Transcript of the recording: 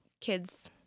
kids